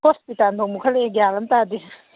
ꯍꯣꯁꯄꯤꯇꯥꯜꯐꯥꯎ ꯃꯨꯠꯈꯠꯂꯛꯑꯦ ꯒ꯭ꯌꯥꯟ ꯑꯝ ꯇꯥꯗꯦ